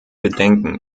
bedenken